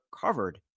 covered